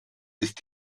ist